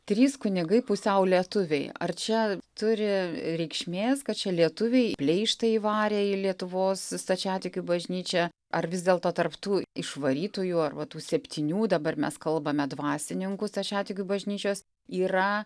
trys kunigai pusiau lietuviai ar čia turi reikšmės kad čia lietuviai pleištą įvarė į lietuvos stačiatikių bažnyčią ar vis dėlto tarp tų išvarytųjų arba tų septynių dabar mes kalbame dvasininkų stačiatikių bažnyčios yra